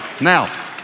Now